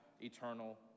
eternal